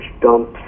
dump